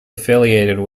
affiliated